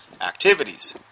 activities